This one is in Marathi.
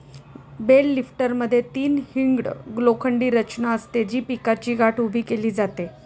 बेल लिफ्टरमध्ये तीन हिंग्ड लोखंडी रचना असते, जी पिकाची गाठ उभी केली जाते